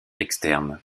externe